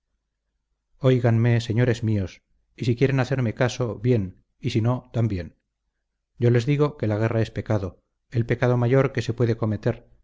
óiganme señores míos y si quieren hacerme caso bien y si no también yo les digo que la guerra es pecado el pecado mayor que se puede cometer